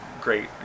great